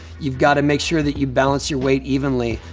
you've gotta make sure that you balance your weight evenly.